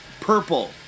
purple